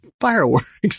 fireworks